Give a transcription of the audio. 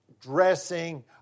dressing